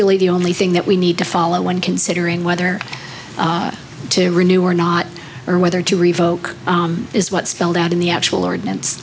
really the only thing that we need to follow when considering whether to renew or not or whether to revoke is what spelled out in the actual ordinance